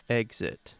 exit